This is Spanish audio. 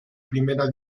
primera